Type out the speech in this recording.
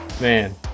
Man